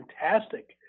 fantastic